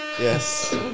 Yes